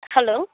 hello